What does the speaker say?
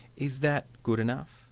is that good enough?